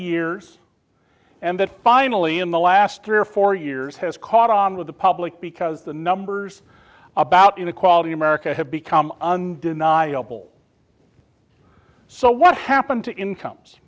years and that finally in the last three or four years has caught on with the public because the numbers about inequality in america have become undeniable so what happened to incomes